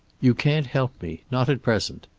you can't help me not at present.